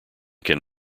can